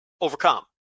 overcome